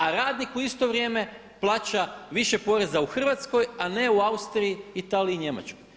A radnik u isto vrijeme plaća više poreza u Hrvatskoj a ne u Austriji, Italiji i Njemačkoj?